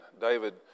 David